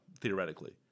theoretically